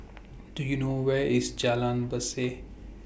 Do YOU know Where IS Jalan Berseh